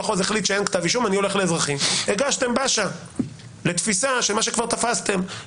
אין דבר כזה היום חוץ מ- -- מה שיש,